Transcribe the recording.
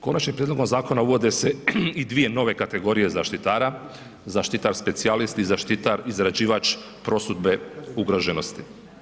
Konačnim prijedlogom zakona uvode se i dvije nove kategorije zaštitara, zaštitar specijalist i zaštitar izrađivač prosudbe ugroženosti.